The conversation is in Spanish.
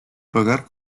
pagar